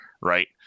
right